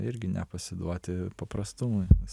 irgi nepasiduoti paprastumui